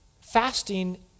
fasting